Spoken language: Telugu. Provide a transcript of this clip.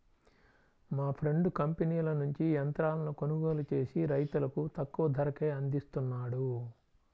మా ఫ్రెండు కంపెనీల నుంచి యంత్రాలను కొనుగోలు చేసి రైతులకు తక్కువ ధరకే అందిస్తున్నాడు